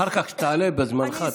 אחר כך, כשתעלה, בזמנך תוכל.